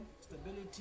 stability